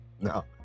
No